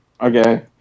Okay